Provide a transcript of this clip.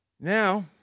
Now